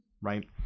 right